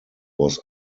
was